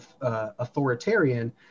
Authoritarian